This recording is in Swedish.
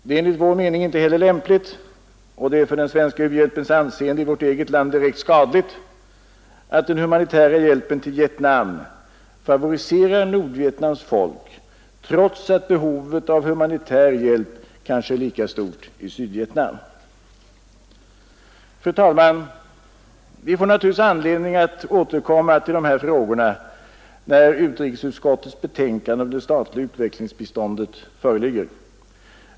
Det är enligt vår mening inte heller lämpligt, och det är för den svenska u-hjälpens anseende i vårt eget land direkt skadligt, att den humanitära hjälpen till Vietnam favoriserar Nordvietnams folk trots att behovet av humanitär hjälp kanske är lika stort i Sydvietnam. Fru talman! Vi får naturligtvis anledning att återkomma till dessa frågor när utrikesutskottets betänkande om det statliga utvecklingsbiståndet föreligger.